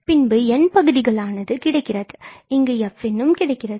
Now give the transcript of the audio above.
பின்பு நம்மிடம் n பகுதிகள் ஆனது fn கிடைக்கிறது